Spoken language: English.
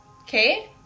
okay